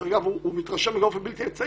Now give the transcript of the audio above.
ודרך אגב, הוא מתרשם באופן בלתי אמצעי.